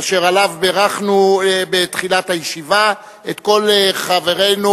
אשר עליו בירכנו בתחילת הישיבה את כל חברינו